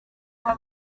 kuba